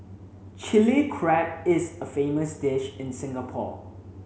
Chilli Crab is a famous dish in Singapore